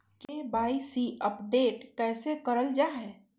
KYC update कैसे करल जाहै?